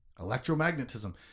Electromagnetism